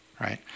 right